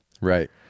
Right